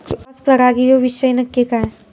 Cross परागी ह्यो विषय नक्की काय?